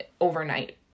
overnight